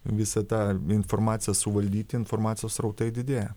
visą tą informaciją suvaldyti informacijos srautai didėja